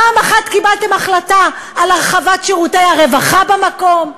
פעם אחת קיבלתם החלטה על הרחבת שירותי הרווחה במקום?